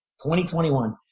2021